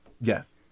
Yes